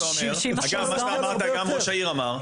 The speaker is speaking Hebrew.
חבר הכנסת טור פז, וגם ראש העיר אמר,